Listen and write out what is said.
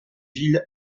villes